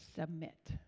submit